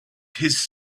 his